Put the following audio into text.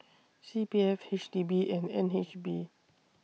C P F H D B and N H B